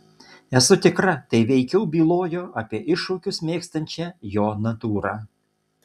esu tikra tai veikiau bylojo apie iššūkius mėgstančią jo natūrą